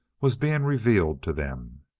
was being revealed to them.